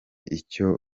icyo